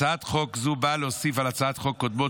הצעת חוק זו באה להוסיף על הצעות חוק קודמות